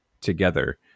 together